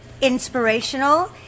inspirational